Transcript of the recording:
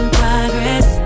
progress